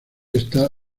esta